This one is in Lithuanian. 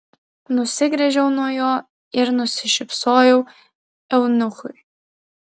nusigręžiau nuo jo ir nusišypsojau eunuchui